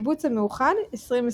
הקיבוץ המאוחד, 2023